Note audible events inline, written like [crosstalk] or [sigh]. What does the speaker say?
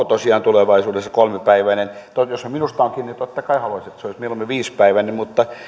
[unintelligible] tosiaan tulevaisuudessa kolmipäiväinen jos se minusta on kiinni niin totta kai haluaisin että se olisi mieluummin viisipäiväinen mutta